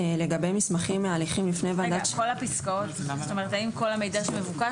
האם כל המידע שמבוקש,